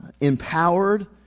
empowered